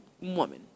Woman